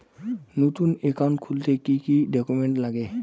নতুন একাউন্ট খুলতে কি কি ডকুমেন্ট লাগে?